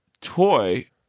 toy